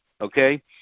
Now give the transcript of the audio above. okay